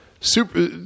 Super